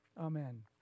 Amen